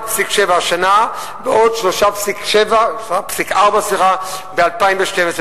1.7 השנה ועוד 3.4 ב-2012,